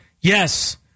Yes